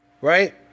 right